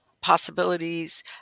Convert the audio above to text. possibilities